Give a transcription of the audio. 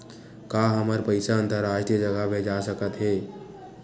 का हमर पईसा अंतरराष्ट्रीय जगह भेजा सकत हे?